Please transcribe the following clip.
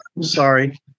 sorry